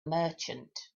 merchant